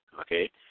okay